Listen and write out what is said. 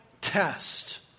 test